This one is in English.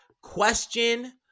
question